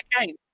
again